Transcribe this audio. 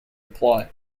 applied